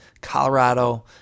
Colorado